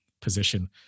position